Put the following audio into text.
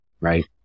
Right